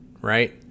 right